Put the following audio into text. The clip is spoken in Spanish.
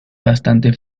bastante